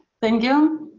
thank you